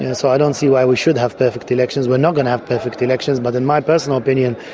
yeah so i don't see why we should have perfect elections we're not going to have perfect elections. but in my personal opinion,